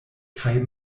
kaj